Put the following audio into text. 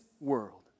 world